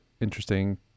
Interesting